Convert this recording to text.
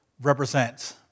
represents